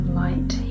light